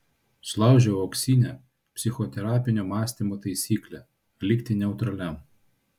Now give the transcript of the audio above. sulaužiau auksinę psichoterapinio mąstymo taisyklę likti neutraliam